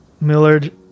Millard